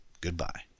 goodbye